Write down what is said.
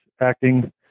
acting